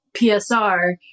PSR